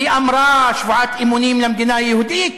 היא אמרה, שבועת אמונים למדינת היהודית?